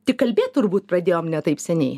tik kalbėt turbūt pradėjom ne taip seniai